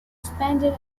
expanded